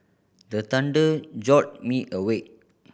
the thunder jolt me awake